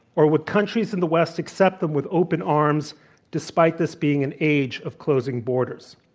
or would countries in the west accept them with open arms despite this being an age of closing borders?